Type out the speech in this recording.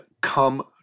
come